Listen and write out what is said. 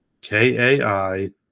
k-a-i